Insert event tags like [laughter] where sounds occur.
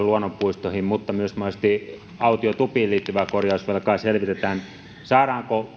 [unintelligible] luonnonpuistoihin mutta myös monesti autiotupiin liittyvää korjausvelkaa selvitetään saadaanko